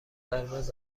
قرمز